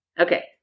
Okay